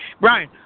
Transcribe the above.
Brian